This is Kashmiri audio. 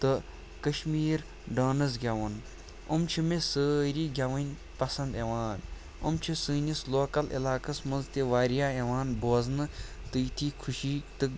تہٕ کشمیٖر ڈانٕس گٮ۪وُن یِم چھِ مےٚ سٲری گٮ۪وٕنۍ پَسنٛد یِوان یِم چھِ سٲنِس لوکَل علاقَس منٛز تہِ واریاہ یِوان بوزنہٕ تہٕ یِتھی خوشی تہٕ